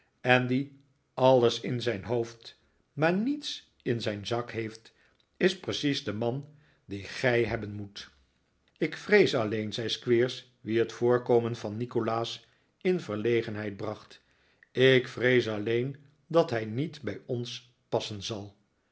en die alles in zijn hoofd maar niets in zijn zak heeft is precies de man dien gij hebben moet ik vrees alleen zei squeers wien het voorkomen van nikolaas in verlegenheid bracht ik vrees alleen dat hij niet bij ons passen zal